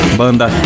banda